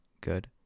good